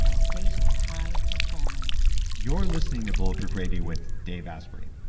a state of high performance you're listening to bulletproof radio with dave asprey.